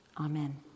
Amen